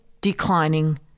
declining